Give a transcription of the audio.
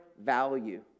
value